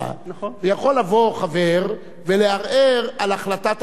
יכול לבוא חבר ולערער על החלטת הנשיאות.